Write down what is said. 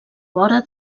vora